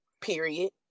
period